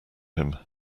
him